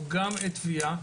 זה גם עד תביעה,